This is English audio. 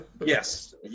yes